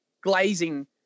glazing